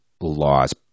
laws